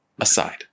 aside